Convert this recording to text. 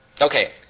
Okay